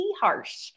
harsh